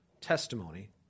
testimony